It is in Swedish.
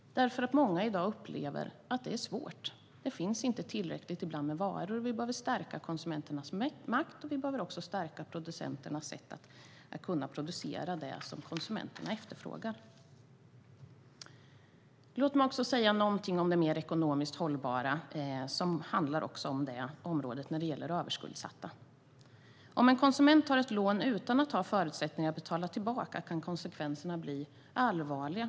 Många upplever i dag att det är svårt. Ibland finns det inte tillräckligt med sådana varor. Vi behöver stärka konsumenternas makt, och vi behöver också stärka producenternas sätt att kunna producera det som konsumenterna efterfrågar. Låt mig säga någonting om det ekonomiskt hållbara som också handlar området överskuldsatta. Om en konsument tar ett lån utan att ha förutsättningar att betala tillbaka kan konsekvenserna bli allvarliga.